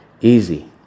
easy